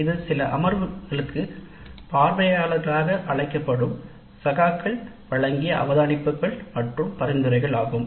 இது சில அமர்வுகளுக்கு பார்வையாளர்களாக அழைக்கப்படும் சகாக்கள் வழங்கிய அவதானிப்புகள் மற்றும் பரிந்துரைகள் ஆகும்